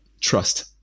trust